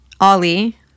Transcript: Ollie